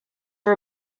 for